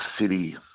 city